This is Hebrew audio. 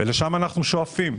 לשם אנחנו שואפים.